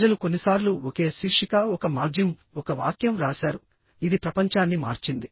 ప్రజలు కొన్నిసార్లు ఒకే శీర్షిక ఒక మాగ్జిమ్ ఒక వాక్యం రాశారు ఇది ప్రపంచాన్ని మార్చింది